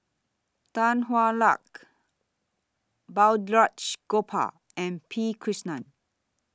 Tan Hwa Luck Balraj Gopal and P Krishnan